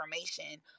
information